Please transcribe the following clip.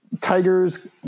Tigers